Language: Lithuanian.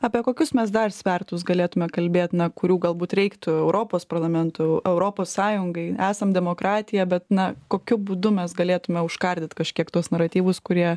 apie kokius mes dar svertus galėtume kalbėt na kurių galbūt reiktų europos parlamentu europos sąjungai esam demokratija bet na kokiu būdu mes galėtume užkardyt kažkiek tuos naratyvus kurie